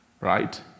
right